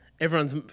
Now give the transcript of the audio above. everyone's